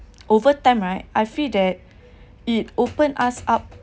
overtime right I feel that it open us up